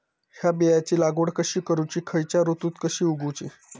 हया बियाची लागवड कशी करूची खैयच्य ऋतुत कशी उगउची?